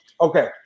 Okay